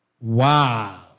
Wow